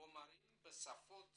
חומרים בשפות